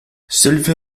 sylvia